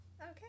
Okay